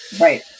Right